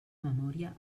memòria